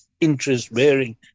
interest-bearing